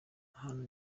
ahantu